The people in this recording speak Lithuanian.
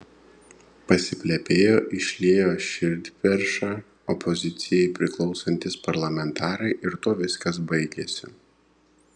pasiplepėjo išliejo širdperšą opozicijai priklausantys parlamentarai ir tuo viskas baigėsi